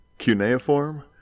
cuneiform